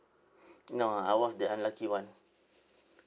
no I was the unlucky one